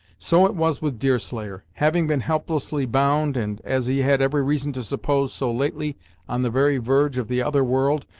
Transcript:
so it was with deerslayer. having been helplessly bound and, as he had every reason to suppose, so lately on the very verge of the other world,